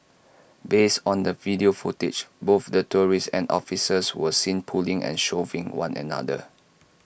based on the video footage both the tourists and officers were seen pulling and shoving one another